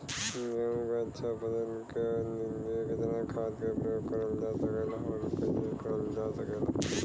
गेहूँक अच्छा फसल क लिए कितना खाद के प्रयोग करल जा सकेला और कैसे करल जा सकेला?